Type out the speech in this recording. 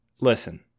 listen